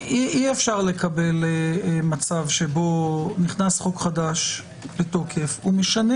אי- אפשר לקבל מצב שבו נכנס חוק חדש לתוקף ומשנה